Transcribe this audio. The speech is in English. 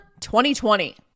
2020